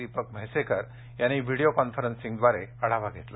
दिपक म्हैसेकर यांनी व्हिडिओ कॉन्फरन्सिंगद्वारे आढावा घेतला